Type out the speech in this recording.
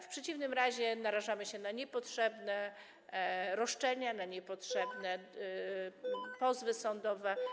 W przeciwnym razie narażamy się na niepotrzebne roszczenia, na niepotrzebne pozwy sądowe.